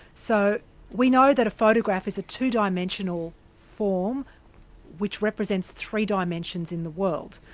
so we know that a photograph is a two-dimensional form which represents three dimensions in the world.